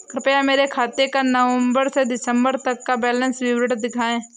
कृपया मेरे खाते का नवम्बर से दिसम्बर तक का बैंक विवरण दिखाएं?